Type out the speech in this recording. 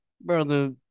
brother